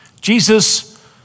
Jesus